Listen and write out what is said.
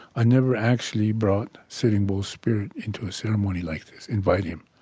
i never actually brought sitting bull's spirit into a ceremony like this, invite him.